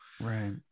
Right